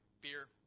beer